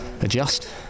adjust